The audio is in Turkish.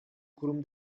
kurum